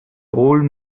old